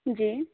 جی